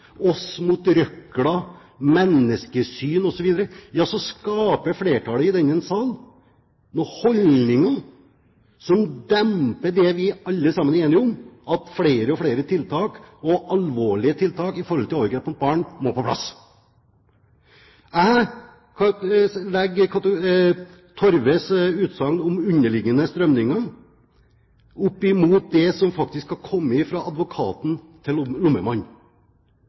mot røkla», «menneskesyn» osv. som gjør at vi fremmer dette forslaget, så skaper flertallet i denne salen noen holdninger som demper det vi alle sammen er enige om, nemlig at flere tiltak, og strenge tiltak, for å hindre overgrep mot barn må på plass. Jeg setter Torves utsagn om underliggende «strømninger» opp mot det som faktisk har kommet fra advokaten til